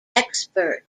expert